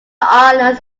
islands